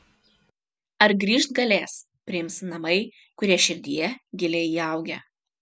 ar grįžt galės priims namai kurie širdyje giliai įaugę